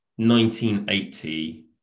1980